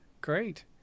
great